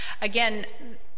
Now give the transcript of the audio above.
again